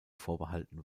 vorbehalten